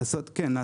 כן.